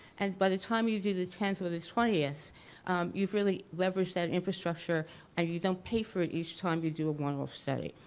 and by the time you do the tenth or the twentieth you've really leveraged that infrastructure and you don't pay for it each time you do a one-off study.